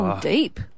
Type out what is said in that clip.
deep